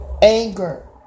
Anger